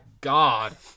god